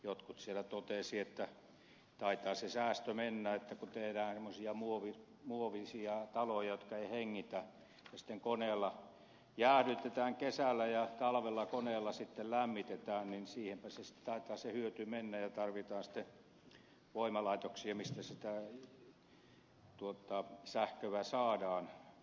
jotkut siellä totesivat että taitaa se säästö mennä kun tehdään semmoisia muovisia taloja jotka eivät hengitä ja kun sitten koneella jäähdytetään kesällä ja talvella koneella lämmitetään niin siihenpä sitten taitaa se hyöty mennä ja tarvitaan voimalaitoksia mistä sitä sähköä saadaan